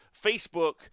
facebook